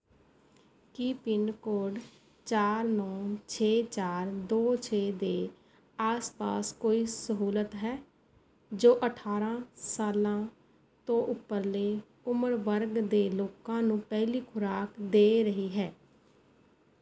ਕੀ pincode ਚਾਰ ਨੌਂ ਛੇ ਚਾਰ ਦੋ ਛੇ ਦੇ ਆਸ ਪਾਸ ਕੋਈ ਸਹੂਲਤ ਹੈ ਜੋ ਅਠਾਰਾਂ ਸਾਲਾਂ ਤੋਂ ਉਪਰਲੇ ਉਮਰ ਵਰਗ ਦੇ ਲੋਕਾਂ ਨੂੰ ਪਹਿਲੀ ਖੁਰਾਕ ਦੇ ਰਹੀ ਹੈ